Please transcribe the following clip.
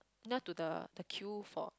near to the the queue for